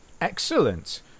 Excellent